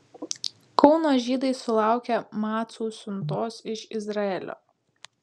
kauno žydai sulaukė macų siuntos iš izraelio